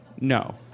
no